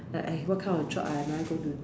like eh what kind of job am I going to